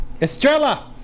Estrella